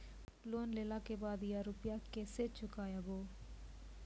Loan लेला के बाद या रुपिया केसे चुकायाबो?